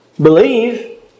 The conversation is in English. believe